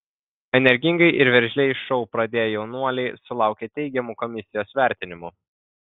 energingai ir veržliai šou pradėję jaunuoliai sulaukė teigiamų komisijos vertinimų